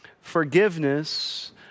forgiveness